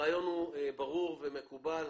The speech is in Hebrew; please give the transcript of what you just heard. הרעיון ברור ומקובל.